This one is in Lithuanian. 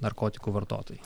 narkotikų vartotojai